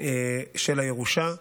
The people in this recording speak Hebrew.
של הירושה: